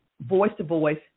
voice-to-voice